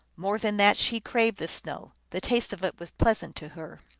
more than that, she craved the snow the taste of it was pleasant to her.